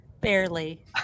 Barely